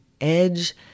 edge